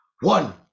One